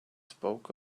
spoke